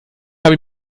habe